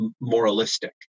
moralistic